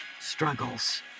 struggles